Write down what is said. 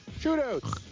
Shootouts